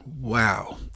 Wow